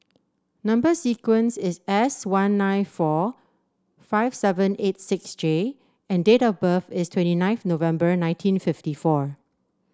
number sequence is S one nine four five seven eight six J and date of birth is twenty ninth November nineteen fifty four